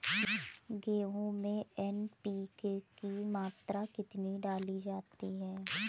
गेहूँ में एन.पी.के की मात्रा कितनी डाली जाती है?